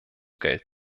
geld